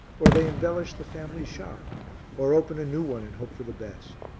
or they embellish the family shop or open a new one and hope for the best.